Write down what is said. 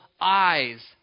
eyes